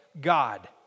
God